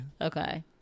Okay